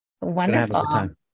Wonderful